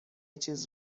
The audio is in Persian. چیز